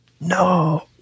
No